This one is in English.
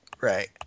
Right